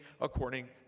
according